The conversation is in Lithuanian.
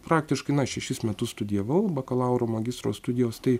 praktiškai na šešis metus studijavau bakalauro magistro studijos tai